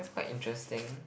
that's quite interesting